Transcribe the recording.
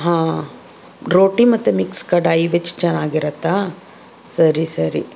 ಹಾಂ ರೋಟಿ ಮತ್ತು ಮಿಕ್ಸ್ ಕಡಾಯಿ ವಿಚ್ ಚೆನ್ನಾಗಿರತ್ತಾ ಸರಿ ಸರಿ